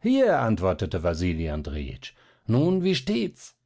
hier antwortete wasili andrejitsch nun wie steht's